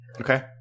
Okay